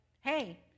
hey